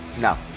No